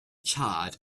charred